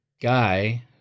guy